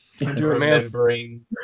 Remembering